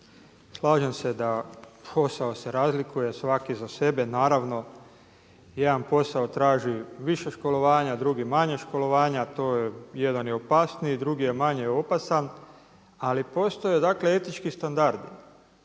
slažem se da posao se razlikuje svaki za sebe. Naravno jedan posao traži više školovanja, drugi manje školovanja. To jedan je opasniji, drugi je manje opasan ali postoje dakle etički standardi,